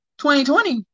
2020